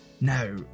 Now